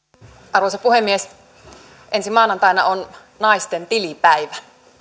arvoisa puhemies ensi maanantaina on naisten tilipäivä